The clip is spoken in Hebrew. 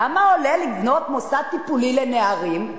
כמה עולה לבנות מוסד טיפולי לנערים?